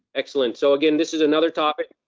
excellent, so again, this is another topic, ah,